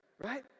Right